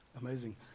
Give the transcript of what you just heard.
amazing